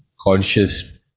Conscious